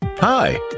Hi